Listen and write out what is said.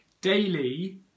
daily